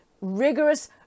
rigorous